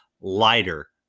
lighter